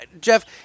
Jeff